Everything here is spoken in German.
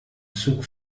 zug